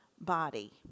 body